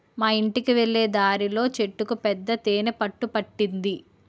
మా యింటికి వెళ్ళే దారిలో చెట్టుకు పెద్ద తేనె పట్టు పట్టింది